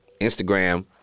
Instagram